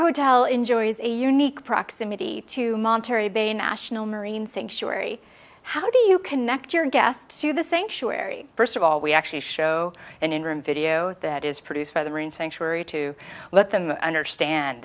hotel enjoys a unique proximity to monterey bay national marine sanctuary how do you connect your guests to the sanctuary first of all we actually show an interim video that is produced by the marine sanctuary to let them understand